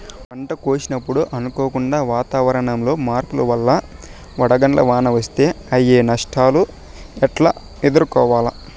పంట కోసినప్పుడు అనుకోకుండా వాతావరణంలో మార్పుల వల్ల వడగండ్ల వాన వస్తే అయ్యే నష్టాలు ఎట్లా ఎదుర్కోవాలా?